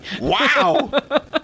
Wow